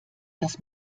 das